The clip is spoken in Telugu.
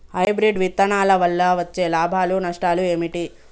హైబ్రిడ్ విత్తనాల వల్ల వచ్చే లాభాలు నష్టాలు ఏమిటి?